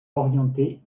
orientés